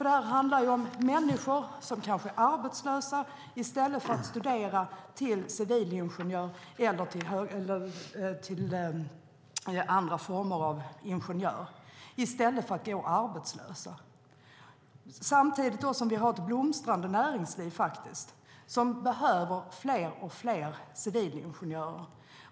Det handlar om människor som kanske är arbetslösa och i stället skulle kunna studera till civilingenjör eller till något annat slags ingenjör. Samtidigt har vi ett blomstrande näringsliv som behöver allt fler civilingenjörer.